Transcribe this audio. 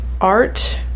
art